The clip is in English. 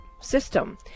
System